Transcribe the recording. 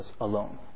alone